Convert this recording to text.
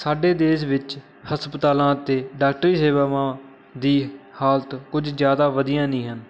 ਸਾਡੇ ਦੇਸ਼ ਵਿੱਚ ਹਸਪਤਾਲਾਂ ਅਤੇ ਡਾਕਟਰੀ ਸੇਵਾਵਾਂ ਦੀ ਹਾਲਤ ਕੁਝ ਜ਼ਿਆਦਾ ਵਧੀਆ ਨਹੀਂ ਹਨ